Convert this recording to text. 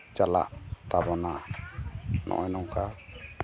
ᱪᱟᱞᱟᱜ ᱛᱟᱵᱚᱱᱟ ᱱᱚᱜᱼᱚᱭ ᱱᱚᱝᱠᱟ